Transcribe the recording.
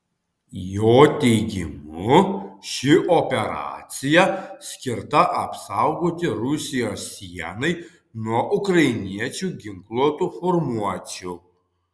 jo teigimu ši operacija skirta apsaugoti rusijos sienai nuo ukrainiečių ginkluotų formuočių